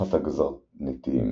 משפחת הגזרניתיים